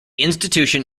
institution